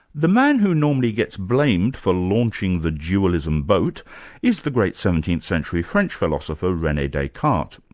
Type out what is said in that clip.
the man who normally gets blamed for launching the dualism boat is the great seventeenth century french philosopher, rene descartes.